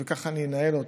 וכך אני אנהל אותה,